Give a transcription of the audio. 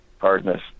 hardness